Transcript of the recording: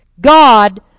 God